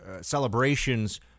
celebrations